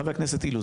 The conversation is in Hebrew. חבר הכנסת אילוז,